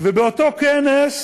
באותו כנס